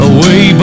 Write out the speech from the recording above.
Away